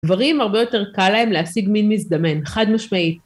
גברים הרבה יותר קל להם להשיג מין מזדמן, חד משמעית.